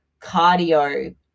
cardio